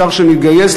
אדוני היושב-ראש,